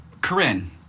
Corinne